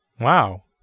Wow